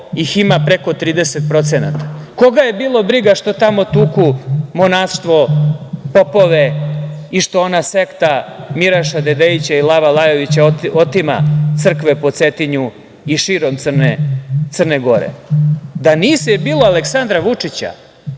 ih ima preko 30%?Koga je bilo briga što tamo tuku monaštvo, popove i što ona sekta Miraša Dedejića i Lava Lajovića otima crkve po Cetinju i širom Crne Gore? Da nije bilo Aleksandra Vučića,